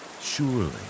surely